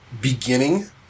beginning